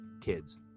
kids